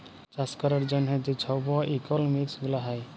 চাষ ক্যরার জ্যনহে যে ছব ইকলমিক্স গুলা হ্যয়